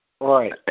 Right